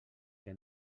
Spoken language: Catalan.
que